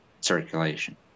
circulation